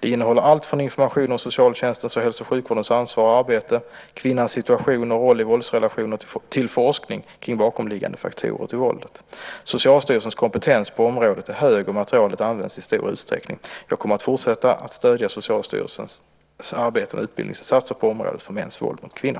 Det innehåller allt från information om socialtjänstens och hälso och sjukvårdens ansvar och arbete, kvinnans situation och roll i våldsrelationer till forskning kring bakomliggande faktorer till våldet. Socialstyrelsens kompetens på området är hög och materialet används i stor utsträckning. Jag kommer att fortsätta att stödja Socialstyrelsens arbete med utbildningsinsatser på området mäns våld mot kvinnor.